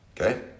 Okay